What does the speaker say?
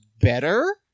better